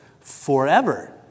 forever